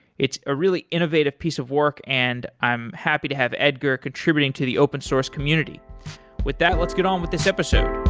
it's a really innovative piece of work and i'm happy to have edgar contributing to the open source community with that, let's get on with this episode